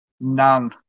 None